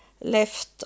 left